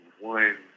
one